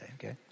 Okay